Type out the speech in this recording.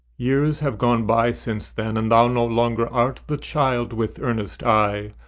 years have gone by since then, and thou no longer art the child, with earnest eye,